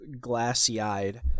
glassy-eyed